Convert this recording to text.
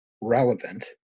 relevant